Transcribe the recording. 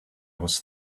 was